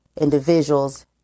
individuals